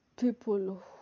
people